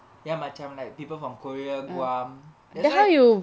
ya macam like people from korea guam that's why